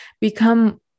become